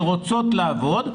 שרוצות לעבוד,